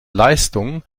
leistung